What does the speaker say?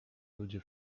ludzie